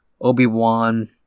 Obi-Wan